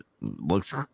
looks